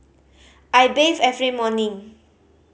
I bathe every morning